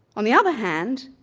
on the other hand,